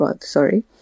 sorry